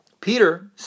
Peter